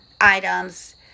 items